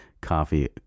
coffee